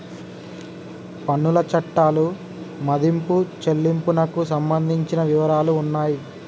పన్నుల చట్టాలు మదింపు చెల్లింపునకు సంబంధించిన వివరాలు ఉన్నాయి